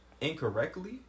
incorrectly